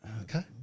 Okay